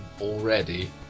already